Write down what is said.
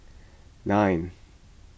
nine